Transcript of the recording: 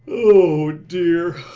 oh, dear,